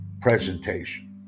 presentation